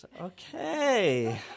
Okay